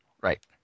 right